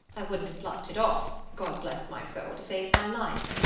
i wouldn't have plucked it off, god bless my soul! to save my life.